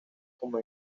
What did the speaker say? como